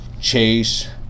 Chase